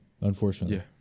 unfortunately